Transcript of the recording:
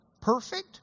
Perfect